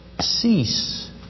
cease